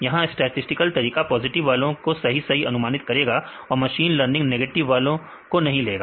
यहां स्टैटिसटिकल तरीका पॉजिटिव वालों को सही सही अनुमानित करेगा और मशीन लर्निंग नेगेटिव वालों को नहीं लेगा